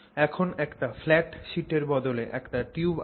এখন একটা ফ্ল্যাট শিটের বদলে একটা টিউব আছে